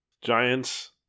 Giants